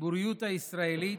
בציבוריות הישראלית,